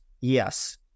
yes